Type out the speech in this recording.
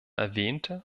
erwähnte